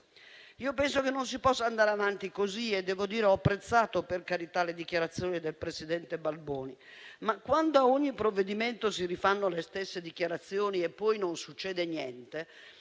Io penso che non si possa andare avanti così. Devo dire di aver apprezzato le dichiarazioni del presidente Balboni, ma quando, a ogni provvedimento, si rifanno le stesse dichiarazioni e poi non succede niente,